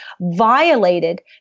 violated